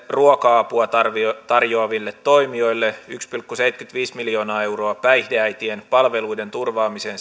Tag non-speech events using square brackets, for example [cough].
ruoka apua tarjoaviin toimijoihin yksi pilkku seitsemänkymmentäviisi miljoonaa euroa päihdeäitien palveluiden turvaamiseen [unintelligible]